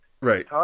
Right